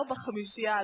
לא בחמישייה,